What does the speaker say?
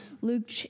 Luke